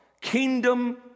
kingdom